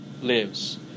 lives